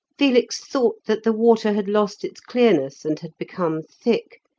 felix thought that the water had lost its clearness and had become thick,